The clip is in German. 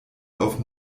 auf